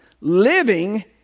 living